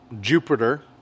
Jupiter